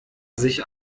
sich